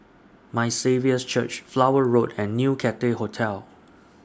My Saviour's Church Flower Road and New Cathay Hotel